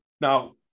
Now